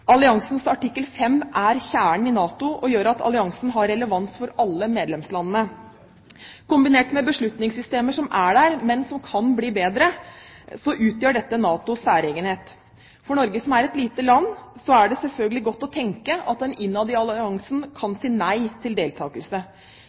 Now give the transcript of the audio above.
Alliansens artikkel 5 er kjernen i NATO og gjør at alliansen har relevans for alle medlemslandene. Kombinert med beslutningssystemer som er der, men som kan bli bedre, utgjør dette NATOs særegenhet. For Norge, som er et lite land, er det selvfølgelig godt å tenke at en innad i alliansen kan